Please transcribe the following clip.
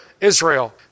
Israel